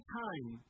time